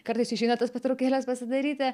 kartais išeina tas pertraukėles pasidaryti